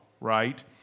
right